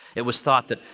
it was thought that,